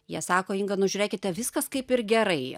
jie sako inga nu žiūrėkite viskas kaip ir gerai